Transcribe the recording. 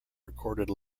recorded